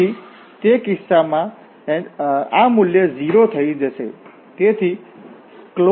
તેથી તે કિસ્સામાં આ મૂલ્ય 0 થઈ જશે